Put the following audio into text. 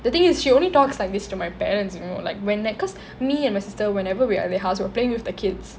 the thing is she only talks like this to my parents you know like when that cause me and my sister whenever we are at their house we are playing with the kids